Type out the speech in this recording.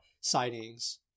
sightings